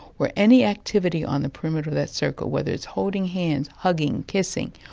where any activity on the perimeter of that circle, whether it's holding hands, hugging, kissing,